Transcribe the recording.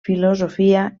filosofia